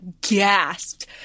gasped